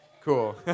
cool